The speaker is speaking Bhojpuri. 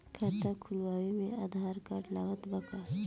खाता खुलावे म आधार कार्ड लागत बा का?